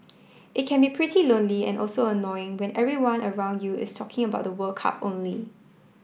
it can be pretty lonely and also annoying when everyone around you is talking about the World Cup only